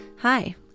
Hi